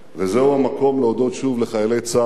וזהו המקום להודות שוב לחיילי צה"ל,